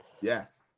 Yes